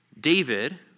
David